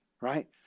right